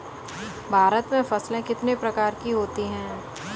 भारत में फसलें कितने प्रकार की होती हैं?